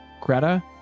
Greta